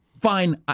Fine